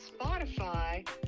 Spotify